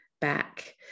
back